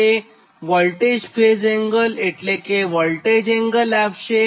તે voltage phase angle એટલે કે વોલ્ટેજ એંગલ આપશે